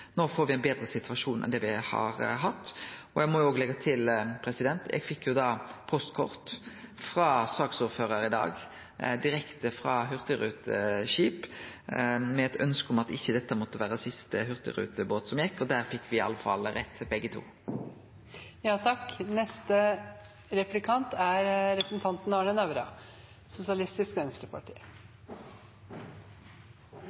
får me ein betre situasjon enn me har hatt. Eg må leggje til at eg fekk postkort frå saksordføraren i dag, direkte frå eit hurtigruteskip, med eit ønske om at dette ikkje måtte vere den siste hurtigrutebåten som gjekk. Der fekk me i alle fall rett, begge